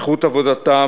איכות עבודתם,